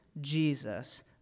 Jesus